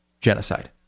genocide